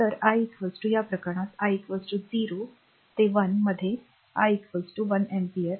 तर i या प्रकरणात i 0 ते 1 मध्ये i एक अँपिअर